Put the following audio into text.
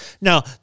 Now